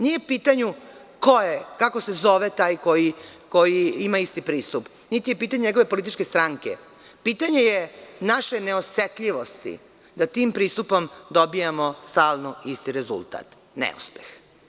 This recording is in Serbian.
Nije u pitanju kako se zove taj koji ima isti pristup, niti je u pitanju njegova politička stranka, pitanje je naše neosetljivosti da tim pristupom dobijamo isti rezultat, neuspeh.